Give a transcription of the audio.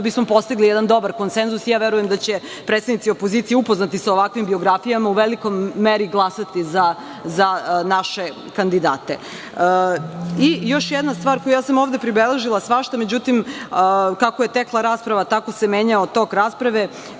da bi smo postigli jedan dobar konsenzus, verujem da će predsednici opozicije upoznati sa ovakvim biografijama u velikoj meri glasati za naše kandidate. Još jedna stvar, ja sam ovde pribeležila svašta, i kako je tekla rasprava tako se menjao tok rasprave,